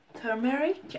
Turmeric